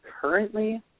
currently